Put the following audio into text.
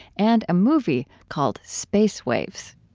and a movie called space waves